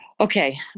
Okay